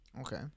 Okay